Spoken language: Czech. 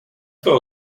toho